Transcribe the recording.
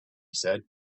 said